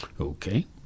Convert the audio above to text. Okay